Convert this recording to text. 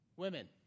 Women